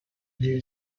new